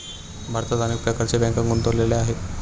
भारतात अनेक प्रकारच्या बँका गुंतलेल्या आहेत